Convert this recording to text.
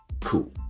Cool